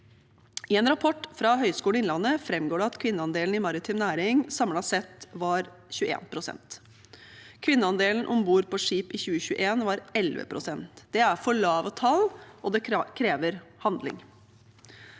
I en rapport fra Høgskolen i Innlandet framgår det at kvinneandelen i maritim næring samlet sett var 21 pst. Kvinneandelen om bord på skip i 2021 var 11 pst. Det er for lave tall, og det krever handling.